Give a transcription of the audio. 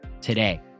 today